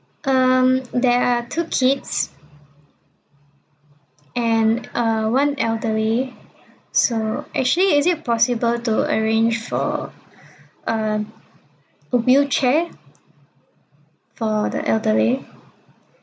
um there are two kids and uh one elderly so actually is it possible to arrange for uh a wheelchair for the elderly